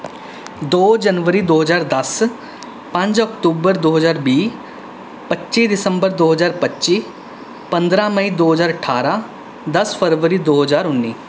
ਦੋ ਜਨਵਰੀ ਦੋ ਹਜ਼ਾਰ ਦਸ ਪੰਜ ਅਕਤੂਬਰ ਦੋ ਹਜ਼ਾਰ ਵੀਹ ਪੱਚੀ ਦਸੰਬਰ ਦੋ ਹਜ਼ਾਰ ਪੱਚੀ ਪੰਦਰਾਂ ਮਈ ਦੋ ਹਜ਼ਾਰ ਅਠਾਰਾਂ ਦਸ ਫਰਵਰੀ ਦੋ ਹਜ਼ਾਰ ਉੱਨੀ